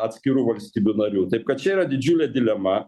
atskirų valstybių narių taip kad čia yra didžiulė dilema